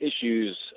issues